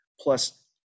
plus